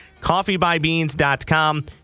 Coffeebybeans.com